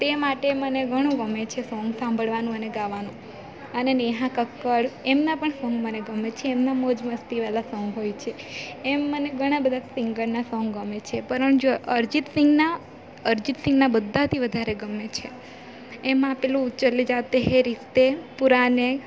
તે માટે મને ઘણું ગમે છે સોંગ સાંભળવાનું અને ગાવાનું અને નેહા કક્કડ એમના પણ સોંગ મને ગમે છે એમના મોજમસ્તી વાળા સોંગ હોય છે એમ મને ઘણાં બધાં સિંગરનાં સોંગ ગમે છે પરં જો અરજીત સિંગના અરજીત સિંગના બધાથી વધારે ગમે છે એમાં પેલું ચલે જાતે હે રિસ્તે પુરાને